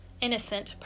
innocent